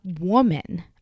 woman